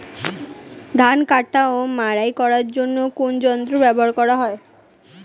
ধান কাটা ও মাড়াই করার জন্য কোন যন্ত্র ব্যবহার করা হয়?